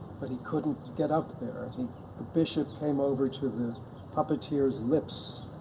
but he couldn't get up there. the bishop came over to the puppeteers lips,